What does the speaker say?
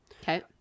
okay